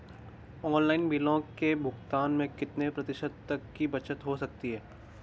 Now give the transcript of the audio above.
Online बिलों के भुगतान में कितने प्रतिशत तक की बचत हो सकती है?